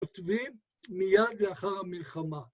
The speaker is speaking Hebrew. ‫ותביא מיד לאחר המלחמה.